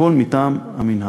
הכול מטעם המינהל.